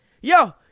yo